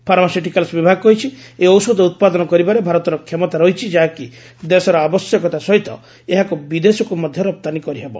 ଫାର୍ମାସିଟିକାଲୁ ବିଭାଗ କହିଛି ଏହି ଔଷଧ ଉତ୍ପାଦନ କରିବାରେ ଭାରତର କ୍ଷମତା ରହିଛି ଯାହାକି ଦେଶର ଆବଶ୍ୟକତା ସହିତ ଏହାକୁ ବିଦେଶକୁ ମଧ୍ୟ ରପ୍ତାନୀ କରିହେବ